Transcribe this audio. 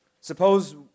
Suppose